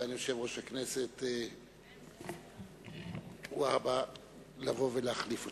סגן יושב-ראש הכנסת והבה לבוא ולהחליף אותי.